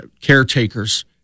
caretakers